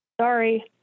Sorry